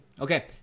Okay